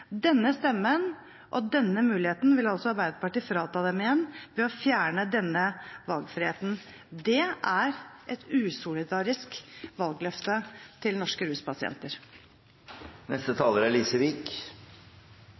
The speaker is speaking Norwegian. Denne stemmen og denne muligheten vil Arbeiderpartiet frata dem ved å fjerne denne valgfriheten. Det er et usolidarisk valgløfte til norske